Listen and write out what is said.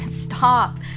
Stop